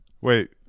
wait